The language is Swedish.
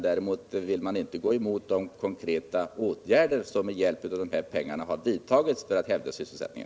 Däremot vill de inte gå emot de konkreta åtgärder som med hjälp av de här pengarna vidtagits för att hävda sysselsättningen.